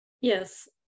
Yes